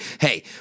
hey